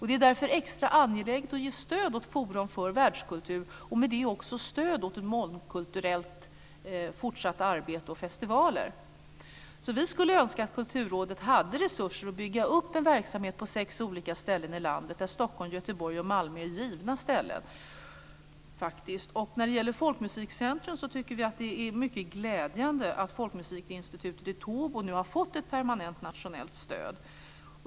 Det är därför extra angeläget att ge stöd åt Forum för världskultur, och med det också stöd åt fortsatt mångkulturellt arbete och festivaler. Vi skulle önska att Kulturrådet hade resurser att bygga upp en verksamhet på sex olika ställen i landet, där Stockholm, Göteborg och Malmö är givna ställen. När det gäller folkmusikcentrum tycker vi att det är mycket glädjande att Folkmusikinstitutet i Tobo nu har fått ett permanent nationellt stöd.